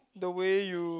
the way you